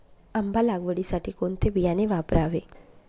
आंबा लागवडीसाठी कोणते बियाणे वापरावे?